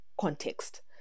context